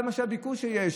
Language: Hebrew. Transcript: זה הביקוש שיש,